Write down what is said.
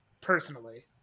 Personally